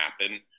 happen